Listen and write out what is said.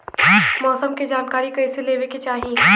मौसम के जानकारी कईसे लेवे के चाही?